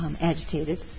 agitated